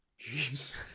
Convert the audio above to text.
Jeez